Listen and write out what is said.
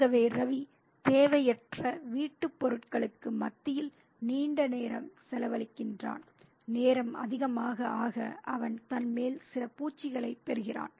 ஆகவே ரவி தேவையற்ற வீட்டுப் பொருட்களுக்கு மத்தியில் நீண்ட நேரம் செலவழிக்கிறான் நேரம் அதிகமாக ஆக அவன் தன்மேல் சில பூச்சிகளை பெறுகிறான்